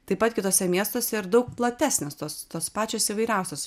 taip pat kituose miestuose ir daug platesnės tos tos pačios įvairiausios